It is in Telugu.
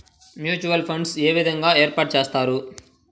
మ్యూచువల్ ఫండ్స్ ఏ విధంగా ఏర్పాటు చేస్తారు?